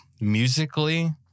musically